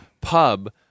Pub